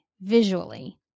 visually